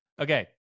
Okay